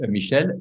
Michel